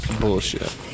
Bullshit